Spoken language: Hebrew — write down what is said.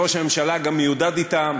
שראש הממשלה גם מיודד אתם,